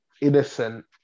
innocent